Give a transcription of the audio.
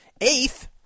eighth